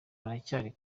haracyari